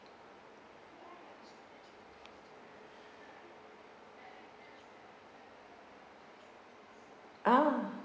ah